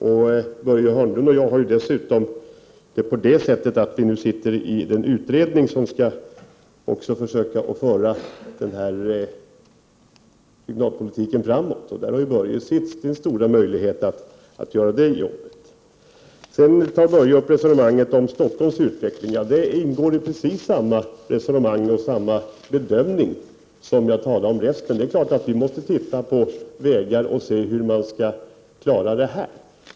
Men Börje Hörnlund och jag sitter ju med i den utredning som skall föra regionalpolitiken framåt. Således har Börje Hörnlund stora möjligheter att göra en insats. Vidare började Börje Hörnlund resonera om Stockholms utveckling. Men här gäller precis samma resonemang och bedömningar. Det är klart att vi måste titta på olika vägar för att utröna hur vi skall klara det här.